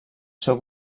seu